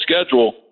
schedule